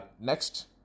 next